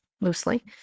loosely